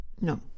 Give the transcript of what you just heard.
no